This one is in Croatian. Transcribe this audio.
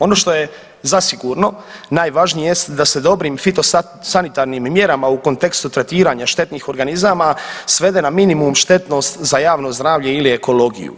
Ono što je zasigurno najvažnije jest da se dobrim fitosanitarnim mjerama u kontekstu tretiranja štetnih organizama svede na minimum štetnost za javno zdravlje i ekologiju.